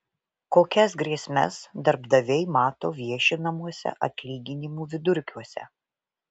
kokias grėsmes darbdaviai mato viešinamuose atlyginimų vidurkiuose